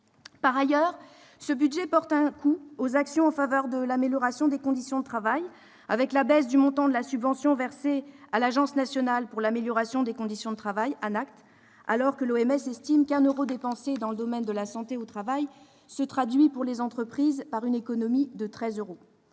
Par ailleurs, le présent budget porte un coup aux actions en faveur de l'amélioration des conditions de travail, avec la baisse du montant de la subvention versée à l'Agence nationale pour l'amélioration des conditions de travail, l'ANACT, alors que l'Organisation mondiale de la santé estime que 1 euro dépensé dans le domaine de la santé au travail se traduit, pour les entreprises, par une économie de 13 euros.